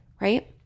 right